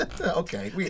okay